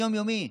של היום-יומי.